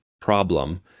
problem